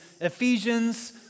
Ephesians